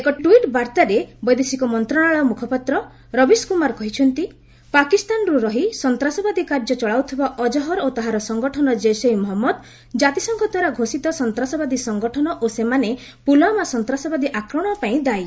ଏକ ଟୁଇଟ୍ ବାର୍ତ୍ତାରେ ବୈଦେଶିକ ମନ୍ତ୍ରଣାଳୟ ମୁଖପାତ୍ର ରବୀଶ କୁମାର କହିଛନ୍ତି ପାକିସ୍ତାନରୁ ରହି ସନ୍ତାସବାଦୀ କାର୍ଯ୍ୟ ଚଳାଉଥିବା ଅଜ୍ଞାର ଓ ତାହାର ସଂଗଠନ ଜେିସେ ମହମ୍ମଦ କାତିସଂଘ ଦ୍ୱାରା ଘୋଷିତ ସନ୍ତାସବାଦୀ ସଂଗଠନ ଓ ସେମାନେ ପ୍ରୁଲୱାମା ସନ୍ତ୍ରାସବାଦୀ ଆକ୍ରମଣ ପାଇଁ ଦାୟୀ